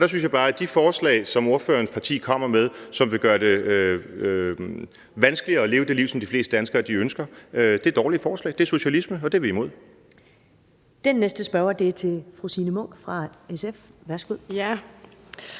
Jeg synes bare, at de forslag, som ordførerens parti kommer med, som gør det vanskeligere at leve det liv, som de fleste danskere ønsker, er dårlige forslag. Det er socialisme, og det er vi imod. Kl. 11:44 Første næstformand